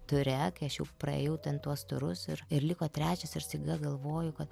ture kai aš jau praėjau ten tuos turus ir ir liko trečias ir staiga galvoju kad